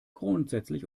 grundsätzlich